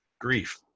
grief